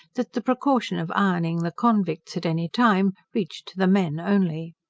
that the precaution of ironing the convicts at any time reached to the men only.